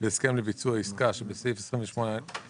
בהסכם לביצוע עסקה, שבסעיף 28א(ג),